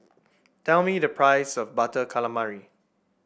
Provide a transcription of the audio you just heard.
tell me the price of Butter Calamari